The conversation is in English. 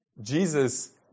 Jesus